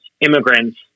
Immigrants